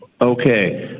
Okay